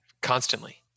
constantly